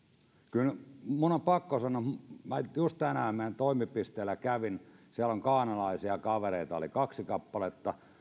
kyllä minun on pakko sanoa minä just tänään meidän toimipisteellä kävin siellä ghanalaisia kavereita oli kaksi kappaletta